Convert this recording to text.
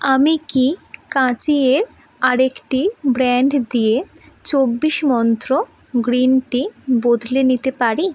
আমি কি কাঁচি এর আরেকটি ব্র্যান্ড দিয়ে চব্বিশ মন্ত্র গ্রিন টি বদলে নিতে পারি